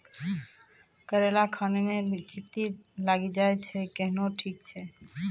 करेला खान ही मे चित्ती लागी जाए छै केहनो ठीक हो छ?